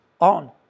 on